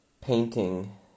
painting